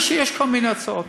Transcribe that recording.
יש כל מיני הצעות,